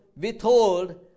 withhold